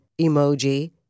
emoji